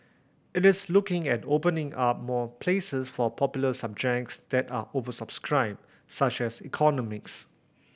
it is looking at opening up more places for popular subjects that are oversubscribed such as economics